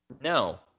No